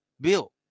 Bill